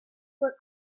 for